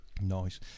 Nice